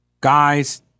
guys